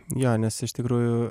jo nes iš tikrųjų